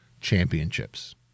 championships